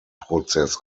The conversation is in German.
prozess